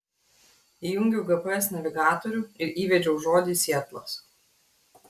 įjungiau gps navigatorių ir įvedžiau žodį sietlas